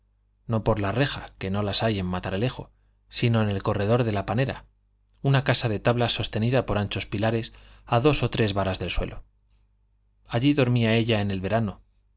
no por la reja que no las hay en matalerejo sino en el corredor de la panera una casa de tablas sostenida por anchos pilares a dos o tres varas del suelo allí dormía ella en el verano